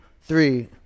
three